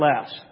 less